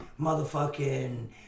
motherfucking